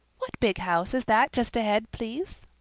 what big house is that just ahead, please?